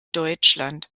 deutschland